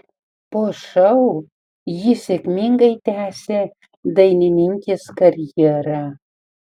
po šou ji sėkmingai tęsė dainininkės karjerą